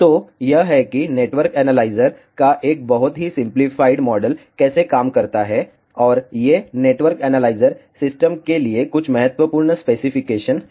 तो यह है कि नेटवर्क एनालाइजर का एक बहुत ही सिंपलीफाइड मॉडल कैसे काम करता है और ये नेटवर्क एनालाइजर सिस्टम के लिए कुछ महत्वपूर्ण स्पेसिफिकेशन हैं